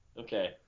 Okay